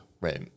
Right